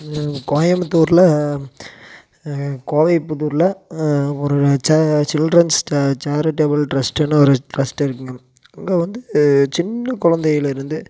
கோயமுத்தூரில் கோவைப்புத்தூர்ல ஒரு ச சில்ட்ரன்ஸ் சாரிடபுள் ட்ரஸ்ட்டுன்னு ஒரு ட்ரஸ்ட்டு இருக்குதுங்க அங்கே வந்து சின்ன குழந்தையிலருந்து